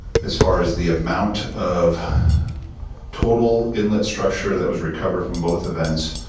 as far as the amount of total inlet structure that was recovered from both events,